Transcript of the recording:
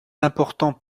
importants